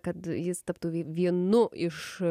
kad jis taptų vi vienu iš